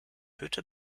hütte